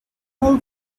call